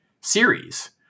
series